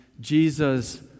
Jesus